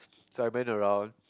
so I went around